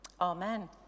Amen